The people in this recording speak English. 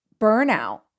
burnout